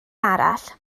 arall